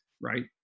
Right